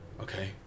okay